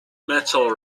metal